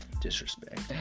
Disrespect